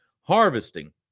harvesting